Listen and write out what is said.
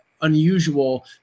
unusual